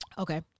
Okay